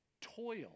toil